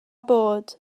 bod